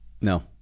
No